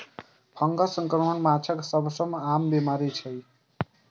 fungus संक्रमण माछक सबसं आम बीमारी छियै